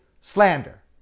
slander